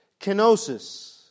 Kenosis